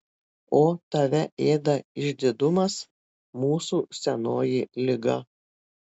o tave ėda išdidumas mūsų senoji liga